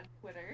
twitter